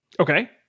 okay